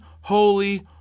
holy